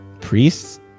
Priests